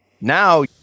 now